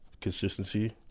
Consistency